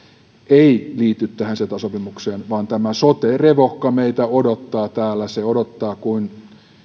ei liity tähän ceta sopimukseen vaan tämä sote revohka meitä odottaa täällä se odottaa kuin